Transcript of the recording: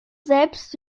selbst